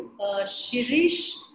Shirish